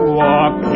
walk